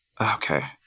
okay